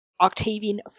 Octavian